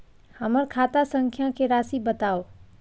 हमर खाता संख्या के राशि बताउ